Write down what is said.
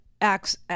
acts